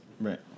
Right